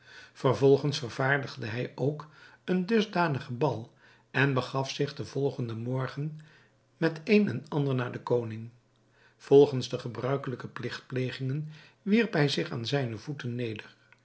vervolgens vervaardigde hij ook een dusdanigen bal en begaf zich den volgenden morgen met een en ander naar den koning volgens de gebruikelijke pligtplegingen wierp hij zich aan zijne voeten neder